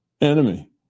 enemy